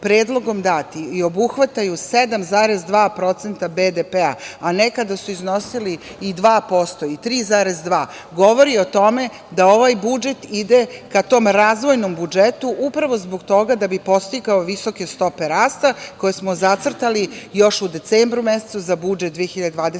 predlogom dati i obuhvataju 7,2% BDP, a nekada su iznosili i 2% i 3,2%, govori o tome da ovaj budžet ide ka tom razvojnom budžetu upravo zbog toga da bi postigao visoke stope rasta koje smo zacrtali još u decembru mesecu za budžet 2021,